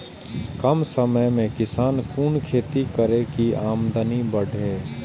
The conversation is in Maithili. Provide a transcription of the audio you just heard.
कम समय में किसान कुन खैती करै की आमदनी बढ़े?